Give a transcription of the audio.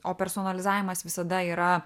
o personalizavimas visada yra